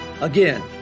Again